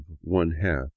one-half